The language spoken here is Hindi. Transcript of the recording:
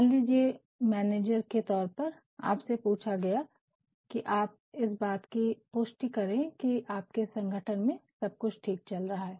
मान लीजिये मैनेजर के तौर पर आपसे पूछा गया है कि आप इस बात कि पुष्टि करे कि आपके संगठन में सब कुछ ठीक चल रहा है